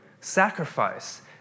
Sacrifice